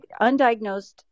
undiagnosed